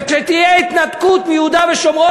וכשתהיה התנתקות מיהודה ושומרון,